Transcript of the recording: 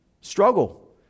struggle